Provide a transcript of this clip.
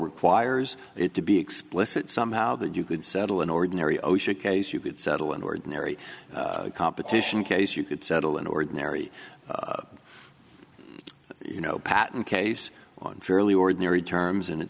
requires it to be explicit somehow that you could settle an ordinary osha case you could settle an ordinary competition case you could settle an ordinary you know patent case on fairly ordinary terms and it